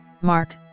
Mark